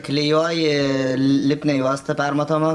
klijuoji lipnią juostą permatomą